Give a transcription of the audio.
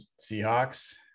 seahawks